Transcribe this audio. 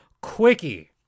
Quickie